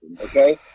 okay